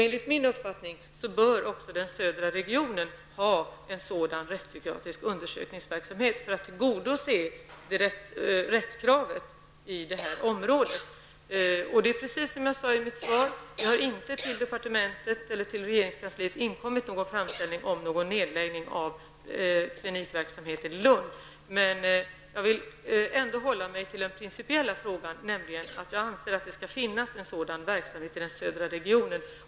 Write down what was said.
Enligt min uppfattning bör också den södra regionen ha en sådan rättspsykiatrisk undersökningsverksamhet för att tillgodose de rättsliga kraven i det här området. Som jag sade i mitt svar har det inte till departementet eller till regeringskansliet inkommit någon framställning om nedläggning av klinikverksamheten i Lund. Jag vill ändå hålla mig till den principiella frågan och framhålla att jag anser att det skall finnas en sådan verksamhet i den södra regionen.